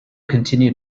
continued